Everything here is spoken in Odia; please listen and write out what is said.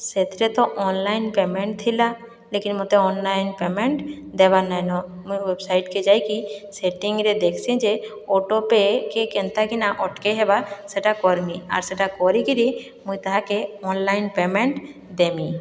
ସେଥିରେ ତ ଅନ୍ଲାଇନ୍ ପେମେଣ୍ଟ ଥିଲା ଲେକିନ୍ ମୁଁ ତ ଅନ୍ଲାଇନ୍ ପେମେଣ୍ଟ ଦେବାର୍ ନାଇଁନ ମୋର ୱେବସାଇଟ୍କେ ଯାଇକି ସେଟିଂରେ ଦେଖ୍ସି ଯେ ଅଟୋ ପେ କେ କେନ୍ତା କିନା ଅଟକାଇ ହେବା ସେଟା କର୍ମି ଆର୍ ସେଟା କରିକିରି ମୁଇଁ ତାହାକେ ଅନ୍ଲାଇନ୍ ପେମେଣ୍ଟ ଦେମି